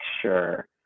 sure